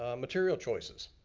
um material choices,